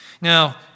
Now